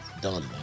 done